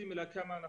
אנחנו עושים,